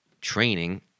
training